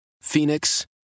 Phoenix